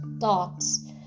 thoughts